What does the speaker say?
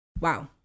Wow